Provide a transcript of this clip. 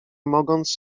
mogąc